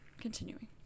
Continuing